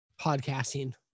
podcasting